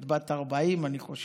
את בת 40, אני חושב,